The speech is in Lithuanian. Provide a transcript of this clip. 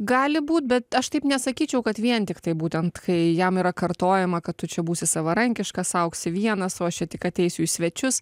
gali būt bet aš taip nesakyčiau kad vien tiktai būtent kai jam yra kartojama kad tu čia būsi savarankiškas augsi vienas o aš čia tik ateisiu į svečius